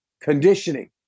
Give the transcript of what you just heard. conditioning